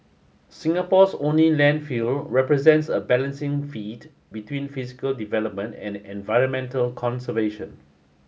Singapore's only landfill represents a balancing feat between physical development and environmental conservation